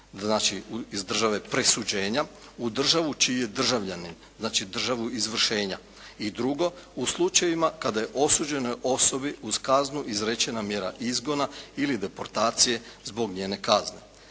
znači iz države presuđenja u državu čiji je državljanin, znači državu izvršenja. I drugo, u slučajevima kada je osuđenoj osobi uz kaznu izrečena mjera izgona ili deportacije zbog njene kazne.